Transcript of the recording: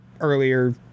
earlier